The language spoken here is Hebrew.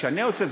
כשאני עושה,